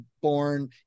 born